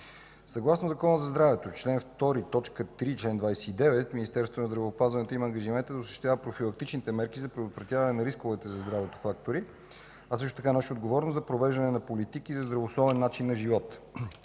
Съгласно Закона за здравето – чл. 2, т. 3 и чл. 29, Министерството на здравеопазването има ангажимента да осъществява профилактичните мерки за предотвратяване на рисковите за здравето фактори, а също така носи отговорност за провеждане на политики за здравословен начин на живот.